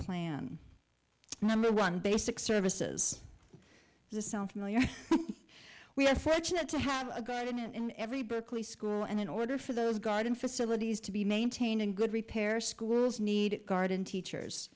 plan number one basic services sound familiar we are fortunate to have a garden and every book lee school and in order for those garden facilities to be maintained in good repair schools need garden teachers